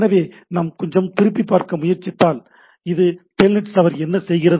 எனவே நாம் கொஞ்சம் திரும்பிப் பார்க்க முயற்சித்தால் இந்த டெல்நெட் சர்வர் என்ன செய்கிறது